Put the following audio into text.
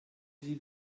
sie